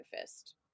Fist